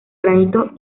granito